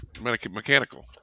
mechanical